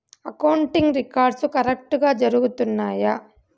accounting records కరెక్టుగా జరుగుతున్నాయా